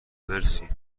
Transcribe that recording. مرسی